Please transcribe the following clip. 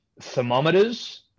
Thermometers